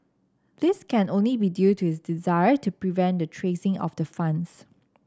this can only be due to his desire to prevent the tracing of the funds